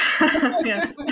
yes